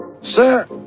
Sir